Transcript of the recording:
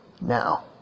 Now